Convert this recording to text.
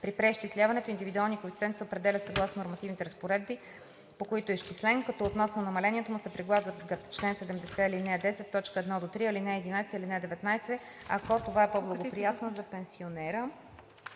При преизчисляването индивидуалният коефициент се определя съгласно нормативните разпоредби, по които е изчислен, като относно намалението му се прилагат чл. 70, ал. 10, т. 1 – 3, ал. 11 и ал. 19, ако това е по-благоприятно за пенсионера.“